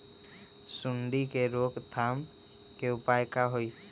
सूंडी के रोक थाम के उपाय का होई?